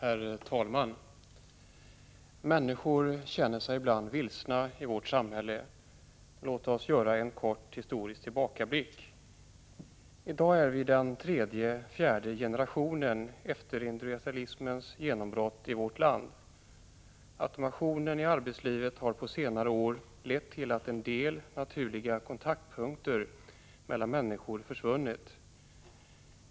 Herr talman! Människor känner sig ibland vilsna i vårt samhälle. Låt oss göra en kort historisk tillbakablick. I dag är vi vid den tredje eller fjärde generationen efter industrialismens genombrott i vårt land. Automationen i arbetslivet har på senare årlett till att en del naturliga kontaktpunkter mellan människor försvunnit.